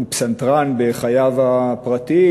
הוא פסנתרן בחייו הפרטיים,